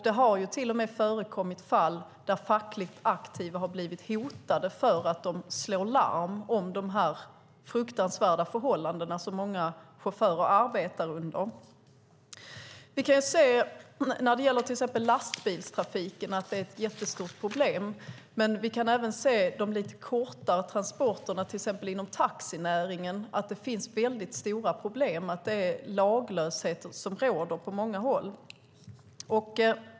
Det har till och med förekommit fall där fackligt aktiva blivit hotade för att de slår larm om de fruktansvärda förhållanden som många chaufförer arbetar under. När det gäller lastbilstrafiken är detta ett jättestort problem. Men även för de lite kortare transporterna, till exempel inom taxinäringen, finns det stora problem. Det är laglösheten som råder på många håll.